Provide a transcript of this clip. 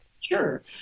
Sure